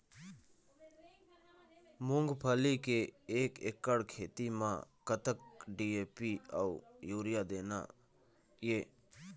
मूंगफली के एक एकड़ खेती म कतक डी.ए.पी अउ यूरिया देना ये?